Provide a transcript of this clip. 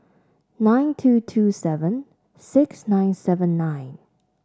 nine two two seven six nine seven nine